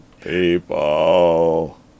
People